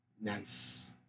Nice